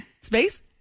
space